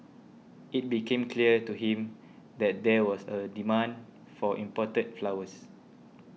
it became clear to him that there was a demand for imported flowers